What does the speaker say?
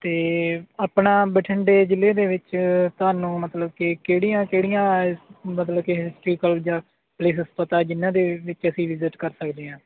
ਅਤੇ ਆਪਣਾ ਬਠਿੰਡੇ ਜ਼ਿਲ੍ਹੇ ਦੇ ਵਿੱਚ ਤੁਹਾਨੂੰ ਮਤਲਬ ਕਿ ਕਿਹੜੀਆਂ ਕਿਹੜੀਆਂ ਮਤਲਬ ਕਿ ਜਾਂ ਪਲੇਸਸ ਪਤਾ ਜਿਨ੍ਹਾਂ ਦੇ ਵਿੱਚ ਅਸੀਂ ਵਿਜ਼ਿਟ ਕਰ ਸਕਦੇ ਹਾਂ